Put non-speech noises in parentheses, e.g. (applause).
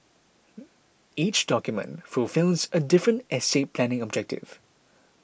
(noise) each document fulfils a different estate planning objective